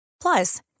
Plus